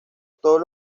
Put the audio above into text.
todos